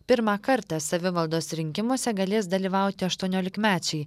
pirmą kartą savivaldos rinkimuose galės dalyvauti aštuoniolikmečiai